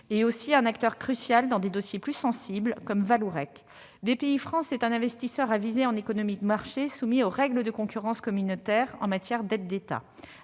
elle est une actrice cruciale dans les dossiers plus sensibles, comme Vallourec. Bpifrance est un investisseur avisé en économie de marché soumis aux règles de concurrence communautaire en matière d'aides d'État.